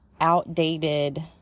outdated